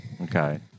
Okay